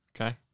Okay